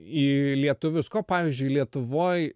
į lietuvius ko pavyzdžiui lietuvoj